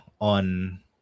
on